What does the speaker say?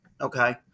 Okay